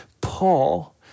Paul